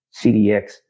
CDx